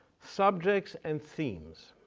subjects and themes.